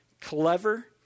clever